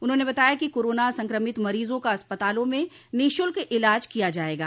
उन्होंने बताया कि कोरोना संक्रमित मरीजों का अस्पतालों में निःशुल्क इलाज किया जायेगा